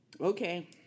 Okay